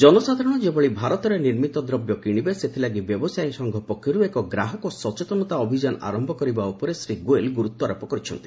ଜନସାଧାରଣ ଯେଭଳି ଭାରତରେ ନିର୍ମିତ ଦ୍ରବ୍ୟ କିଣିବେ ସେଥିଲାଗି ବ୍ୟବସାୟୀ ସଂଘ ପକ୍ଷର୍ତ ଏକ ଗ୍ରାହକ ସଚେତନତା ଅଭିଯାନ ଆରମ୍ଭ କରିବା ଉପରେ ଶ୍ରୀ ଗୋୟଲ୍ ଗୁରୁତ୍ୱାରୋପ କରିଛନ୍ତି